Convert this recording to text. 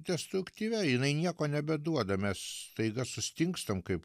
destruktyvia jinai nieko nebeduoda mes staiga sustingstam kaip